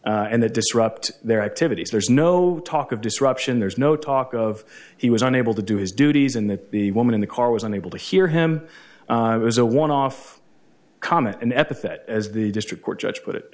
hear and that disrupt their activities there's no talk of disruption there's no talk of he was unable to do his duties and that the woman in the car was unable to hear him was a one off comment an epithet as the district court judge put